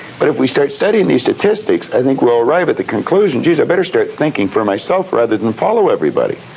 but if we start studying these statistics, i think we'll arrive at the conclusion, geez, i better start thinking for myself rather than follow everybody.